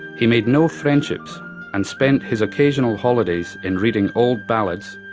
he made no friendships and spent his occasional holidays in reading old ballads,